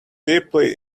deeply